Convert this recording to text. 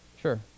Sure